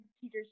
teachers